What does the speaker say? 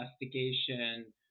investigation